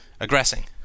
aggressing